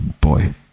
Boy